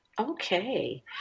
Okay